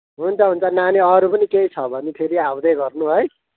हुन्छ हुन्छ नानी अरू पनि केही छ भने फेरि आउँदै गर्नु है